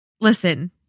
Listen